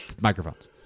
microphones